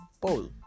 pole